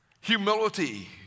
Humility